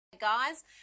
Guys